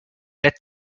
nett